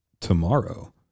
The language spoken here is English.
tomorrow